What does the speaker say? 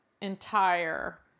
entire